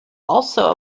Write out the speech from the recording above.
also